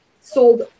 sold